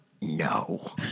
no